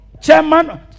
chairman